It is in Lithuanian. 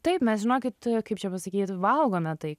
taip mes žinokit kaip čia pasakyt valgome tai